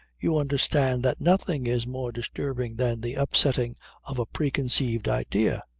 you understand that nothing is more disturbing than the upsetting of a preconceived idea.